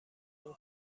اون